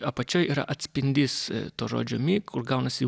apačioj yra atspindys to žodžio mi kur gaunasi